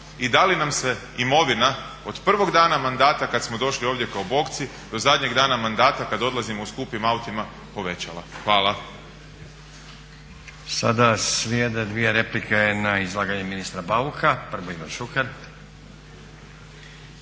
i da li nam se imovina od prvog dana mandata kad smo došli ovdje kao bokci do zadnjeg dana mandata kad odlazimo u skupim autima povećava. Hvala. **Stazić, Nenad (SDP)** Sada slijede dvije replike na izlaganje ministra Bauka. Prvo Ivan Šuker.